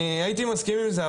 אני הייתי מסכים עם זה,